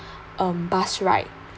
um bus ride